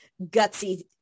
gutsy